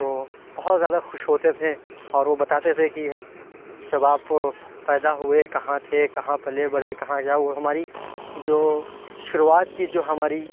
تو بہت زیادہ خوش ہوتے تھے اور وہ بتاتے تھے کہ جب آپ پیدا ہوئے کہاں تھے کہاں پلے بڑھے کہاں ہماری جو شروعات کی جو ہماری